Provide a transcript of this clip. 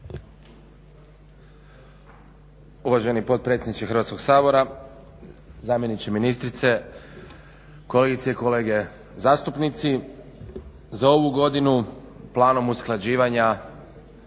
Uvaženi potpredsjedniče Hrvatskog sabora, zamjeniče ministrice, kolegice i kolege zastupnici, za ovu godinu planom usklađivanja